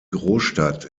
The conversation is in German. großstadt